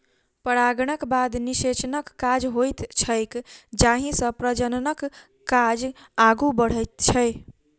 परागणक बाद निषेचनक काज होइत छैक जाहिसँ प्रजननक काज आगू बढ़ैत छै